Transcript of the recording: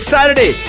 Saturday